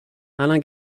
alain